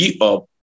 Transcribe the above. up